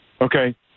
Okay